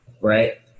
right